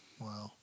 wow